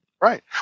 Right